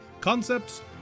concepts